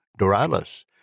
Doralis